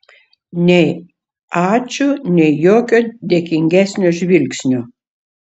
nei ačiū nei jokio dėkingesnio žvilgsnio